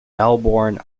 melbourne